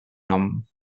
nom